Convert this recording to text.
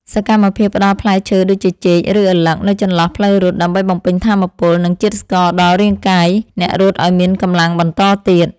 សកម្មភាពផ្ដល់ផ្លែឈើដូចជាចេក ឬឪឡឹកនៅចន្លោះផ្លូវរត់ ដើម្បីបំពេញថាមពល និងជាតិស្ករដល់រាងកាយអ្នករត់ឱ្យមានកម្លាំងបន្តទៀត។